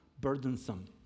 burdensome